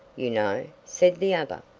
you know, said the other.